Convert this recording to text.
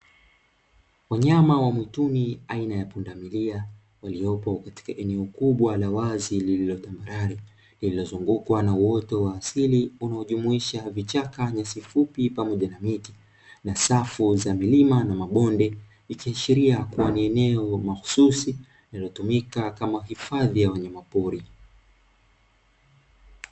Wanyama wa mwituni aina ya punda milia waliopo katika eneo kubwa la wazi lililo tambarare uliozungukwa na uoto wa asili unaojumuisha vichaka, nyasi fupi pamoja na miti na safu za milima na mabonde ikiashiria kuwa ni eneo mahususi linalotumika kama hifadhi ya wanyama pori.